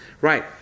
Right